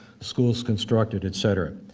schools constructed, etc.